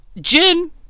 Jin